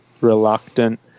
reluctant